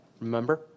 remember